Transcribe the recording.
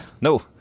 No